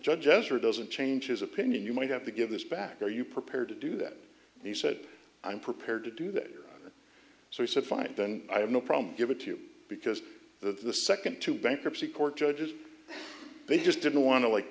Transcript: judge as or doesn't change his opinion you might have to give this back are you prepared to do that he said i'm prepared to do that so he said fine then i have no problem give it to you because the second two bankruptcy court judges they just didn't want to like